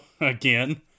again